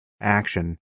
action